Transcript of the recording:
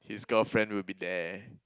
his girlfriend would be there